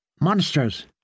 Monsters